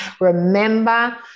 Remember